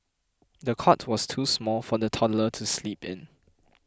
the cot was too small for the toddler to sleep in